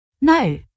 No